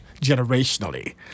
generationally